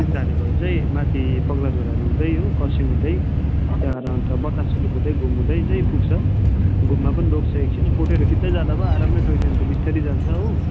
तिनधारेबाट चाहिँ माथि पगलाझोडाहरू हुँदै हो खरसाङ हुँदै त्यहाँबाट अन्त बतासे लुप हुँदै घुम हुँदै चाहिँ पुग्छ घुममा पनि रोक्छ एकछिन फोटोहरू खिच्दै जाँदा भयो आरामले टोय ट्रेन त बिस्तारो जान्छ हो